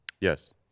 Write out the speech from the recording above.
Yes